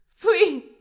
Please